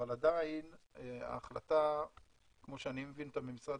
אבל עדיין ההחלטה כמו שאני מבין אותה ממשרד